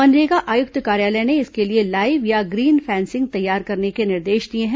मनरेगा आयुक्त कार्यालय ने इसके लिए लाइव या ग्रीन फेसिंग तैयार करने के निर्देश दिए हैं